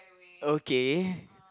okay